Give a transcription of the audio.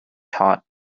taught